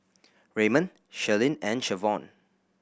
Raymon Shirlene and Shavonne